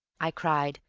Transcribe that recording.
i cried.